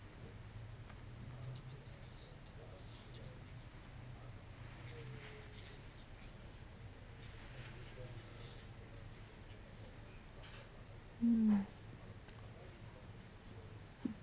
mm